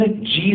Jesus